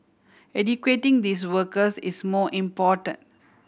educating these workers is more important